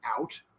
out